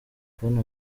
kubona